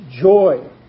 joy